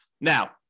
Now